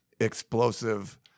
explosive